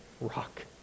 rock